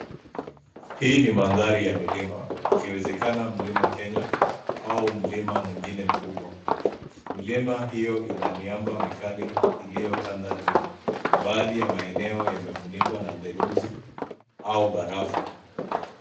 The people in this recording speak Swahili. Hii ni mandari ya milima, ikiwezekana Mlima Kenya au mlima mwingine mkubwa. Milima hiyo ina miamba mikali iliyotanda juu na baadhi ya maeneo yamefunikwa na theluji au barafu.